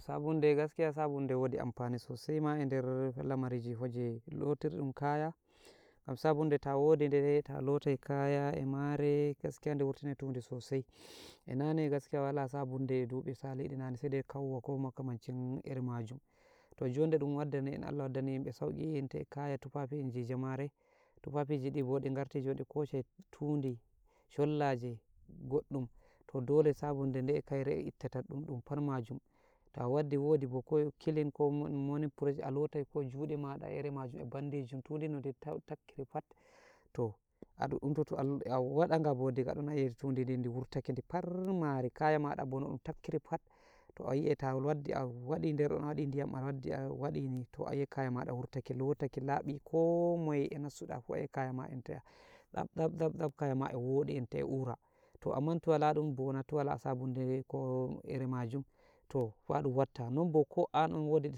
Sabunde, gaskiya sabunde wodi ampani sosai ma eder lamariji hoje, lotirɗum kaya, gam sabunde ta wodi deni ta lotai kaya e mare, gaskiya de wurtinai tudi sosai, enane gaskiya wala sabunde, dubi saliɗi nane, sai dai e kanwa e makamancin iri majum, toh jon de waddani en, Allah waddani yimbe sauki enta e kaya tufafi jamare, tufafiji di bo ɗi ngarti di koshai tudi, shollaje, goɗɗum, to dole sabunde haire ittata ɗum, ɗum pammajum, ta waddi wodi bo kilin ko monin firesh, alotai ko juɗe mada, ko ire majum, e bandijum, tudi nodi ta-takkiri pat, toh aɗuɗɗun toto alo a wadaga bo, diga don ayi'ai tudidin di wurtake di pammari, kaya maɗa bo no ɗun takkiri pat, toh ayi'ai ta waddi a waɗi derɗon a waddi a wadi diyam, a waɗɗini, toh ayi'ai kaya mada wurtake, lotake labi, koh moye e nssuɗa fuh ayi'ai kaya mada enta, tsap-tsap-tsap kayama e woɗi, enta e ura, toh amman to wala ɗum bona, to wal sabunde ɗe ko ire majum, toh fah ɗum watta, nonbo ko an'on woɗi.